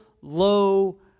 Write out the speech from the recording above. low